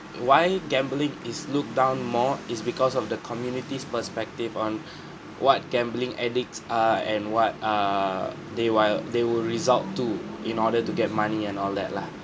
why gambling is looked down more is because of the community's perspective on what gambling addicts are and what are they while they will result to in order to get money and all that lah